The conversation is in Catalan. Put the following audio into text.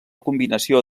combinació